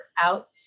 out